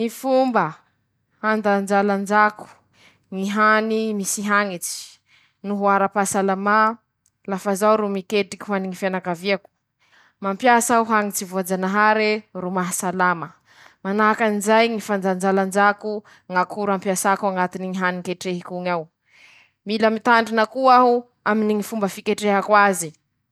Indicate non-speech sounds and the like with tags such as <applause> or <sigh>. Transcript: Laha zaho ro nana ñy efitraño fisakafoanako manoka, ka misy ñy sakafo iabiaby ilako añatiny ao aminy ñy firenena misy ahy aho ;ñy sakafo <shushes> ketrehiko, manahaky anizay ñy potikena aminy poivron miaraky aminy ñy vary, ñy pomme de tera am po potikena miaraky aminy ñy vare, ñy tsaramaso aminy ñy vary no ñy kabaro aminy ñy vary.